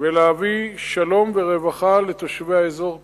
ולהביא שלום ורווחה לתושבי האזור כולם.